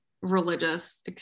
religious